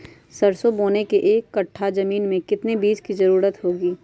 सरसो बोने के एक कट्ठा जमीन में कितने बीज की जरूरत होंगी?